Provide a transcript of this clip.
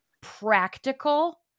practical